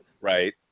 right